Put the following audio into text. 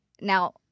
Now